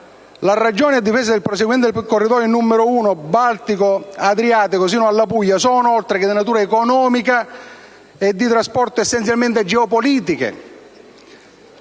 le ragioni a difesa del proseguimento del corridoio 1 Baltico-Adriatico sino alla Puglia sono, oltre che di natura economica e di trasporto, essenzialmente geopolitiche,